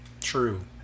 true